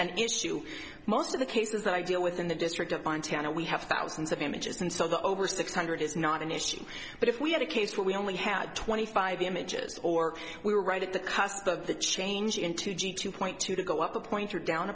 an issue most of the cases that i deal with in the district of montana we have thousands of images and so the over six hundred is not an issue but if we had a case where we only had twenty five images or we were right at the cusp of the change in two g two point two to go up a point or down